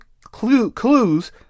clues